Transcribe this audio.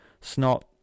Snot